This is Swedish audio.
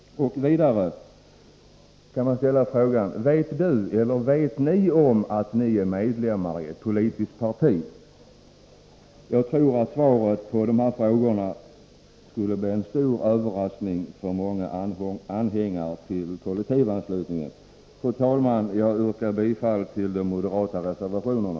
Vidare kan vi ställa frågan: Vet ni om att ni är medlemmar i ett politiskt parti? Jag tror att svaret på dessa frågor skulle bli en stor överraskning för många anhängare av kollektivanslutningen. Fru talman! Jag yrkar bifall till de moderata reservationerna.